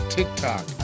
TikTok